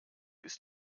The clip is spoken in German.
ist